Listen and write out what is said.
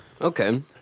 Okay